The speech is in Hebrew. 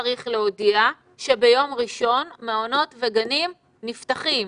שביום ראשון מעונות וגנים נפתחים,